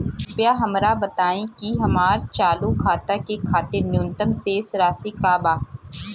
कृपया हमरा बताइ कि हमार चालू खाता के खातिर न्यूनतम शेष राशि का बा